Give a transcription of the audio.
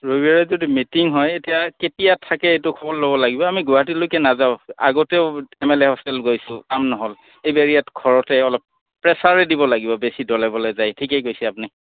ৰবিবাৰে যদি মিটিং হয় এতিয়া কেতিয়া থাকে এইটো খব ল'ব লাগিব আমি গুৱাহাটীলৈকে নাযাওঁ আগতেও এম এল এ হষ্টেল গৈছোঁ কাম নহ'ল এইবাৰ ইয়াত ঘৰতে অলপ প্ৰেছাৰোৰে দিব লাগিব বেছি দলে বলে যায় ঠিকেই কৈছে আপুনি